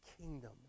kingdom